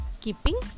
keeping